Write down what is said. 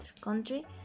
country